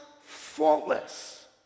faultless